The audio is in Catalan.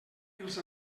els